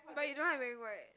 but you don't like wearing white